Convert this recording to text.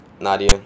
Nadia